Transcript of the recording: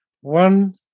one